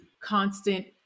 constant